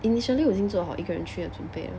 initially 我已经做好一个人去的准备了